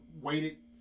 waited